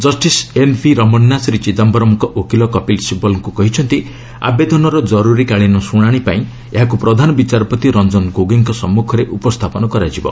justice NV ରମନ୍ତା ଶ୍ରୀ ଚିଦାୟରମ୍ଙ୍କ ଓକିଲ କପିଲ୍ ଶିବଲ୍ଙ୍କ କହିଛନ୍ତି ଆବେଦନର ଜର୍ରରୀକାଳୀନ ଶୁଣାଣି ପାଇଁ ଏହାକୁ ପ୍ରଧାନ ବିଚାରପତି ରଞ୍ଜନ ଗୋଗୋଇଙ୍କ ସମ୍ମୁଖରେ ଉପସ୍ଥାପନ କରାଯିବ